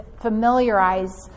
familiarize